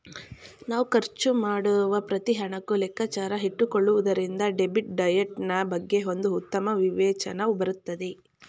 ನಾವ್ ಖರ್ಚು ಮಾಡುವ ಪ್ರತಿ ಹಣಕ್ಕೂ ಲೆಕ್ಕಾಚಾರ ಇಟ್ಟುಕೊಳ್ಳುವುದರಿಂದ ಡೆಬಿಟ್ ಡಯಟ್ ನಾ ಬಗ್ಗೆ ಒಂದು ಉತ್ತಮ ವಿವೇಚನೆ ಬರುತ್ತದೆ